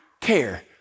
care